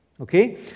Okay